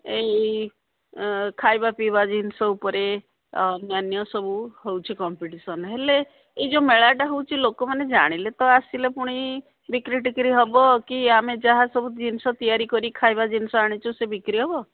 ଏଇ ଖାଇବା ପିଇବା ଜିନିଷ ଉପରେ ଅନ୍ୟ ସବୁ ହେଉଛିି କମ୍ପିଟିସନ ହେଲେ ଏଇ ଯୋଉ ମେଳାଟା ହେଉଛି ଲୋକମାନେ ଜାଣିଲେ ତ ଆସିଲେ ପୁଣି ବିକ୍ରି ଟିକ୍ରି ହେବ କି ଆମେ ଯାହା ସବୁ ଜିନିଷ ତିଆରି କରି ଖାଇବା ଜିନିଷ ଆଣିଛୁ ସେ ବିକ୍ରି ହେବ